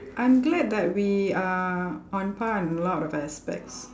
I'm glad that we are on par in a lot of aspects